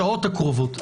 בשעות הקרובות,